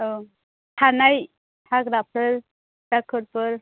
औ थानाय हाग्राफोर दाखोरफोर